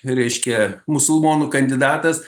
reiškia musulmonų kandidatas